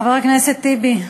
חבר הכנסת טיבי.